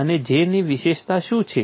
અને J ની વિશેષતા શું છે